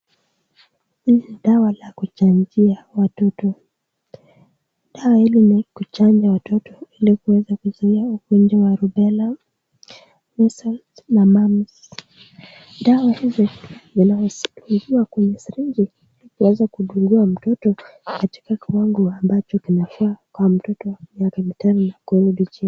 Hii ni dawa la kuchanjia watoto. Dawa hili ni kuchanja watoto ili kuweza kuzuia ugonjwa wa rubela, measles na mumps . Dawa hizi zinaweza kuingia kwenye srinji na kuweza kudungiwa mtoto katika kiwango ambacho kinafaa kwa mtoto wa miaka mitano na kurudi chini.